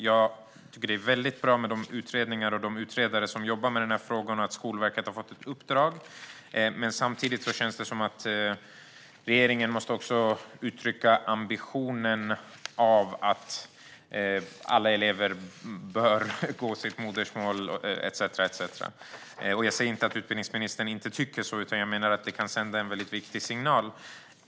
Jag tycker att det är väldigt bra med de utredningar och de utredare som jobbar med den här frågan och att Skolverket har fått ett uppdrag. Men samtidigt känns det som att regeringen måste uttrycka ambitionen att alla elever bör läsa sitt modersmål etcetera. Jag säger inte att utbildningsministern inte tycker så, utan jag menar att det kan sända en viktig signal.